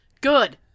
Good